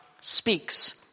speaks